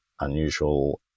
unusual